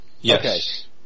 Yes